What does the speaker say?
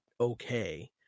okay